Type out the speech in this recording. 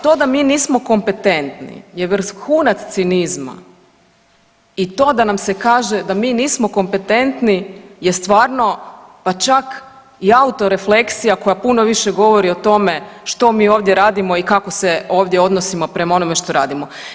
To da mi nismo kompetentni je vrhunac cinizma i to da nam se kaže da mi nismo kompetentni je stvarno pa čak i autorefleksija koja puno više govori o tome što mi ovdje radimo i kako se ovdje odnosimo prema onome što radimo.